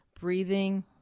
breathing